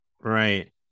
Right